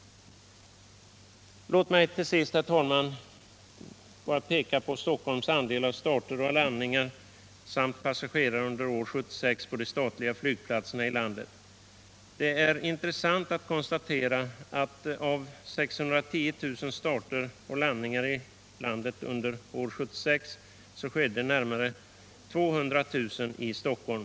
Låt mig till sist, herr talman, peka på Stockholms andel av starter och landningar samt passagerare under år 1976 på de statliga flygplatserna i landet. Det är intressant att konstatera att av 610 000 starter och landningar i landet under 1976 skedde närmare 200 000 i Stockholm.